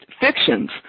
fictions